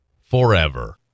forever